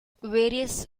various